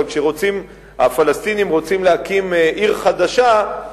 אבל כשהפלסטינים רוצים להקים עיר חדשה,